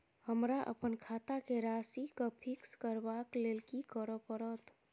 हमरा अप्पन खाता केँ राशि कऽ फिक्स करबाक लेल की करऽ पड़त?